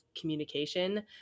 communication